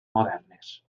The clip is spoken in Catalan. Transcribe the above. modernes